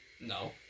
No